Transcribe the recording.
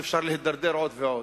שאפשר להידרדר עוד ועוד.